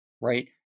right